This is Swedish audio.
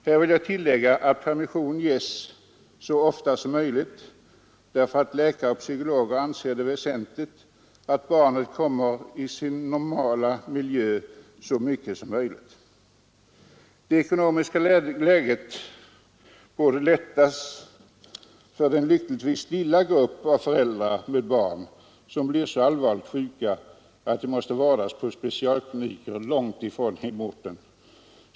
Här vill jag tillägga att permission ges så ofta som möjligt, eftersom läkare och psykologer anser det väsentligt att barnet kan vistas i sin normala miljö i så stor utsträckning som möjligt. Det ekonomiska läget borde lättas för den lyckligtvis lilla grupp av föräldrar, vilkas barn blir så allvarligt sjuka att de måste vårdas på specialkliniker långt ifrån hemorten.